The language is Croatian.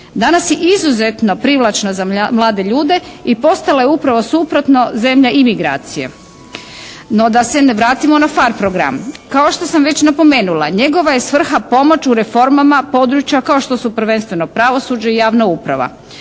Danas je izuzetno privlačna za mlade ljude i postala je upravo suprotno zemlja imigracije. No, da se vratimo na PHARE program. Kao što sam već napomenula njegova je svrha pomoć u reformama područja kao što su prvenstveno pravosuđe i javna uprava.